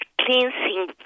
cleansing